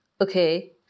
Okay